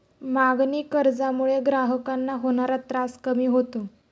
मागणी कर्जामुळे ग्राहकांना होणारा त्रास कमी होतो